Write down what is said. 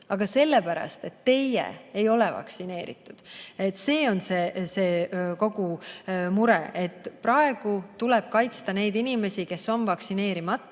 Aga sellepärast, et teie ei ole vaktsineeritud. See on see kogu mure, et praegu tuleb kaitsta neid inimesi, kes on vaktsineerimata,